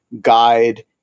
guide